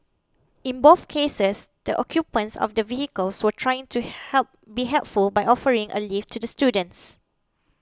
in both cases the occupants of the vehicles were trying to help be helpful by offering a lift to the students